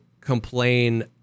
complain